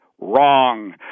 Wrong